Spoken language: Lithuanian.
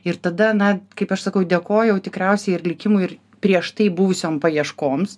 ir tada na kaip aš sakau dėkojau tikriausiai ir likimui ir prieš tai buvusiom paieškoms